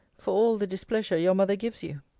for all the displeasure your mother gives you.